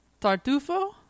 Tartufo